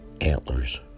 antlers